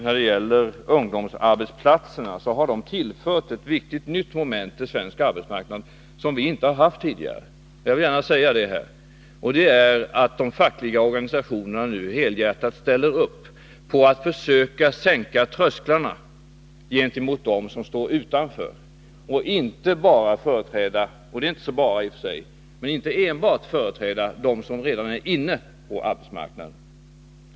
När det gäller ungdomsarbetsplatserna vill jag här gärna säga att de har tillfört svensk arbetsmarknad ett viktigt moment som vi inte har haft tidigare, nämligen att de fackliga organisationerna nu helhjärtat ställer upp på att försöka sänka trösklarna gentemot dem som står utanför arbetsmarknaden och inte bara — det är inte så litet i och för sig — företräda dem som redan är inne på arbetsmarknaden.